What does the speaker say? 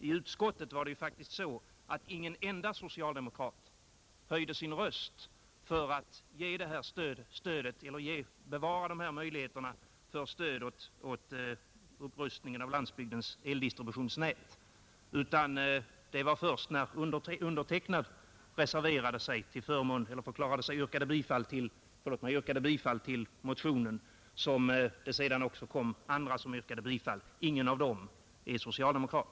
I utskottet höjde ingen enda socialdemokrat sin röst för att bevara möjligheterna för stöd åt upprustning av landsbygdens eldistributionsnät, utan det var först när jag förklarade att jag yrkade bifall till motionen som också andra tillstyrkte den — dock ingen socialdemokrat.